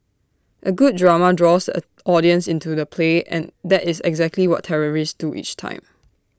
A good drama draws the audience into the play and that is exactly what terrorists do each time